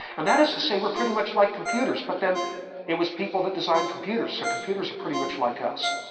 and that is to say we're pretty much like computers but then it was people who designed computers so computers are pretty much like us.